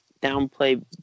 downplay